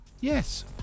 yes